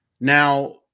Now